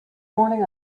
morning